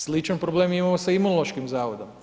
Sličan problem imamo sa Imunološkim zavodom.